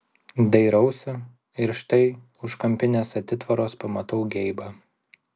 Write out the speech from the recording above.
dairausi ir štai už kampinės atitvaros pamatau geibą